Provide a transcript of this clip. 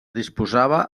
disposava